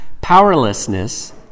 powerlessness